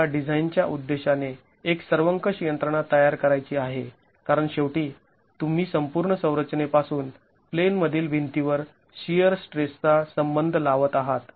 तुम्हाला डिझाईन च्या उद्देशाने एक सर्वंकष यंत्रणा तयार करायची आहे कारण शेवटी तुम्ही संपूर्ण संरचनेपासून प्लेनमधील भिंतीवर शिअर स्ट्रेसचा संबंध लावत आहात